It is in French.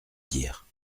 dire